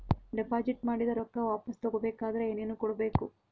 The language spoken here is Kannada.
ಡೆಪಾಜಿಟ್ ಮಾಡಿದ ರೊಕ್ಕ ವಾಪಸ್ ತಗೊಬೇಕಾದ್ರ ಏನೇನು ಕೊಡಬೇಕು?